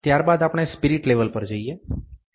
ત્યાર બાદ આપણે સ્પીરીટ લેવલ પર જઈએ છીએ